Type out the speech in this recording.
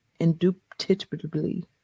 indubitably